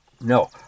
No